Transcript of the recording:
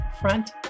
Front